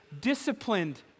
disciplined